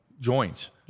joints